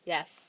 Yes